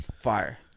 Fire